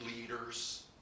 leaders